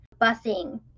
busing